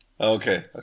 Okay